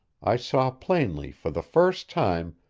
i saw plainly for the first time,